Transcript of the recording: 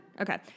Okay